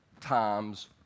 times